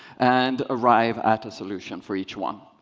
and arrive at a solution for each one.